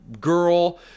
girl